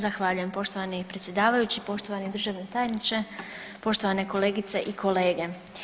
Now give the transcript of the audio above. Zahvaljujem poštovani predsjedavajući, poštovani državni tajniče, poštovane kolegice i kolege.